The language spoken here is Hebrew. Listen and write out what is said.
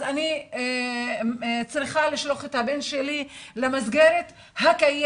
אז אני צריכה לשלוח את הבן שלי למסגרת הקיימת,